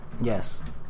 Yes